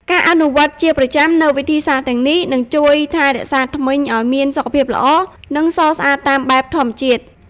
ការអនុវត្តន៍ជាប្រចាំនូវវិធីសាស្ត្រទាំងនេះនឹងជួយថែរក្សាធ្មេញឲ្យមានសុខភាពល្អ និងសស្អាតតាមបែបធម្មជាតិ។